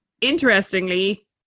interestingly